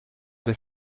des